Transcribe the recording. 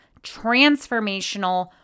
transformational